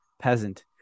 peasant